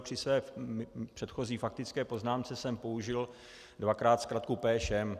Při své předchozí faktické poznámce jsem použil dvakrát zkratku PŠM.